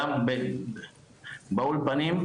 גם באולפנים,